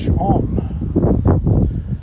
on